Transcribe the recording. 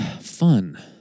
fun